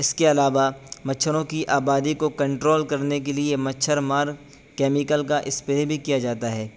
اس کے علاوہ مچھروں کی آبادی کو کنٹرول کرنے کے لیے مچھر مار کیمیکل کا اسپرے بھی کیا جاتا ہے